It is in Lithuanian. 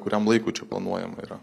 kuriam laikui čia planuojama yra